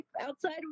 outside